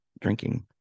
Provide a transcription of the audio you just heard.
drinking